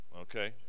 Okay